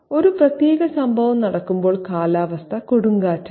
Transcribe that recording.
ഒരു പ്രത്യേക സംഭവം നടക്കുമ്പോൾ കാലാവസ്ഥ കൊടുങ്കാറ്റാണ്